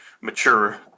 mature